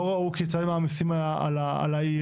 לא ראו כיצד הם מעמיסים על העיר.